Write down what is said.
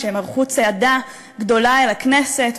כשהם ערכו צעדה גדולה אל הכנסת,